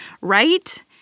Right